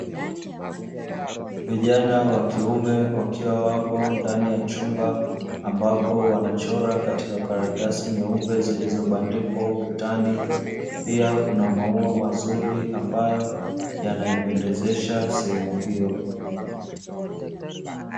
Vijana wa kiume wakiwa wapo ndani ya chumba, ambapo wanachora katika karatasi nyeupe zilibandikwa ukutani, pia kuna maua mazuri ambayo yanaipendezesha sehemu hiyo.